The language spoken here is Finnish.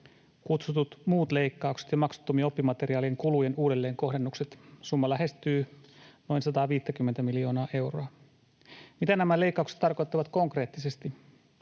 kutsutut muut leikkaukset ja maksuttomien oppimateriaalien kulujen uudelleenkohdennukset. Summa lähestyy noin 150 miljoonaa euroa. Mitä nämä leikkaukset tarkoittavat konkreettisesti?